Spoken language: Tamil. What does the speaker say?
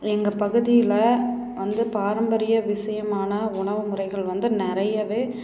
எங்கள் பகுதியில் வந்து பாரம்பரிய விஷயமான உணவுமுறைகள் வந்து நிறையவே